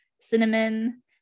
cinnamon